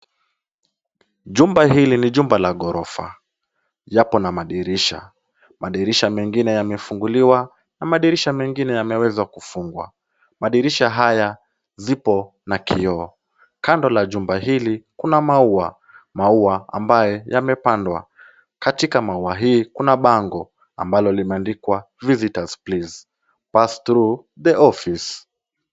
Jumba hili ni jumba la gorofa yapo na madirisha. Madirisha yamefunguliwa na madirisha mengine yameweza kufungwa. Madirisha haya zipo na kioo. Kando ya jumba hili kuna maua. Maua ambaye yamepandwa. Katika maua hii kuna bango ambalo limeandikwa visitors please pass through the office.